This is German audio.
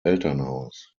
elternhaus